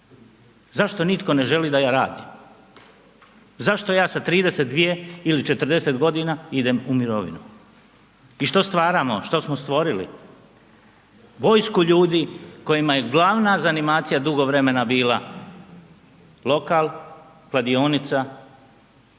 Zašto nitko ne želi da ja radim? Zašto ja sa 32 ili 40 g. idem u mirovinu? I što stvaramo, što smo stvorili? Vojsku ljudi kojima je glavna zanimacija dugo vremena bila lokal, kladionica